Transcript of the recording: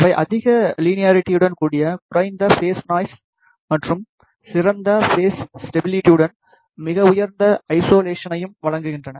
அவை அதிக லீனியாரிட்டியுடன் கூடிய குறைந்த ஃபேஸ் நாய்ஸ் மற்றும் சிறந்த பேஸ் ஸ்டபிலிட்டியுடன் மிக உயர்ந்த ஐசொலேசனையும் வழங்குகின்றன